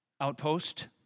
outpost